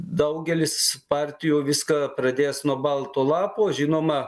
daugelis partijų viską pradės nuo balto lapo žinoma